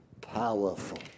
powerful